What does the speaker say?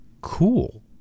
cool